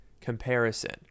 comparison